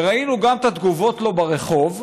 וראינו גם את התגובות לו ברחוב,